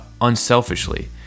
unselfishly